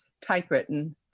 typewritten